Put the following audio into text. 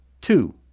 Two